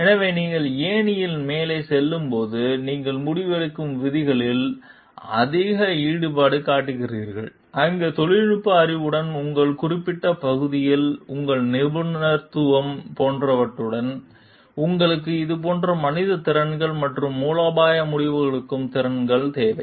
எனவே நீங்கள் ஏணியில் மேலே செல்லும்போது நீங்கள் முடிவெடுக்கும் விதிகளில் அதிக ஈடுபாடு காட்டுகிறீர்கள் அங்கு தொழில்நுட்ப அறிவுடன் உங்கள் குறிப்பிட்ட பகுதியில் உங்கள் நிபுணத்துவம் போன்றவற்றுடன் உங்களுக்கு இதுபோன்ற மனித திறன்கள் மற்றும் மூலோபாய முடிவெடுக்கும் திறன்கள் தேவை